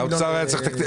מוצדק,